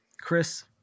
Chris